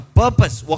purpose